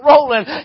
rolling